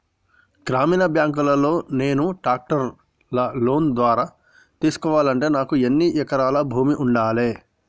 గ్రామీణ బ్యాంక్ లో నేను ట్రాక్టర్ను లోన్ ద్వారా తీసుకోవాలంటే నాకు ఎన్ని ఎకరాల భూమి ఉండాలే?